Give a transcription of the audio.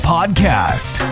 Podcast